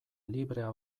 librea